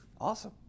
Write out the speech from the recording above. Awesome